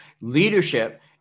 leadership